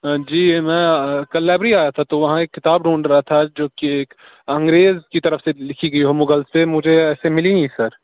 جی میں کل لائبریری آیا تھا تو وہاں ایک کتاب ڈھونڈ رہا تھا جو کہ ایک انگریز کی طرف سے لکھی گئی ہو مغلز پہ مجھے ایسے ملی نہیں سر